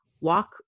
walk